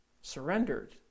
Surrendered